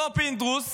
אותו פינדרוס